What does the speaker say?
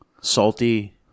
salty